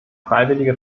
freiwillige